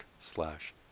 slash